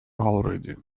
already